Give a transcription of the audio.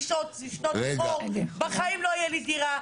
רחוק שנות אור, בחיים לא יהיה לי דירה.